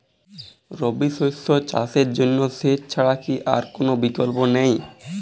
রবি শস্য চাষের জন্য সেচ ছাড়া কি আর কোন বিকল্প নেই?